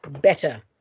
better